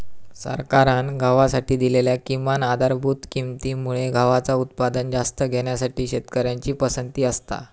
सरकारान गव्हासाठी दिलेल्या किमान आधारभूत किंमती मुळे गव्हाचा उत्पादन जास्त घेण्यासाठी शेतकऱ्यांची पसंती असता